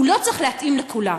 הוא לא צריך להתאים לכולם.